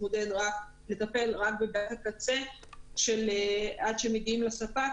לטפל רק בבעיית הקצה עד שמגיעים לספק,